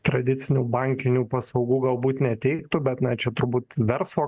tradicinių bankinių paslaugų galbūt neteiktų bet na čia turbūt verslo